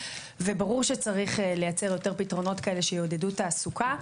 וברור שצריך לייצר יותר פתרונות כאלה שיעודדו תעסוקה.